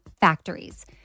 factories